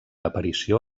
aparició